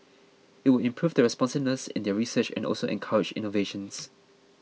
it will improve the responsiveness in their research and also encourage innovations